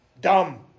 Dumb